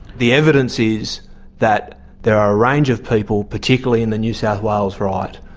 the evidence is that there are a range of people, particularly in the new south wales right,